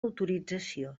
autorització